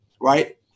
right